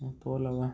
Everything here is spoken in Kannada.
ತೋಲ್ ಅವ